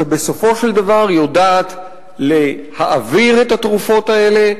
שבסופו של דבר יודעת להעביר את התרופות האלה,